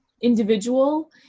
individual